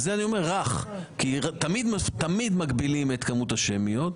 לכן אני אומר רך כי תמיד מגבילים את כמות השמיות.